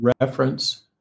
reference